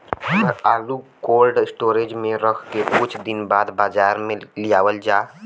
अगर आलू cold storage में रख के कुछ दिन बाद बाजार में लियावल जा?